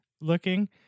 looking